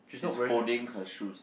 she's holding her shoes